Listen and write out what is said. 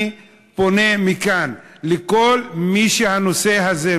אני פונה מכאן לכל מי שהנושא הזה,